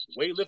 weightlifting